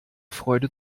freude